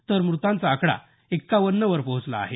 तर मुतांचा आकडा एकावन्नवर पोहोचला आहे